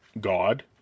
God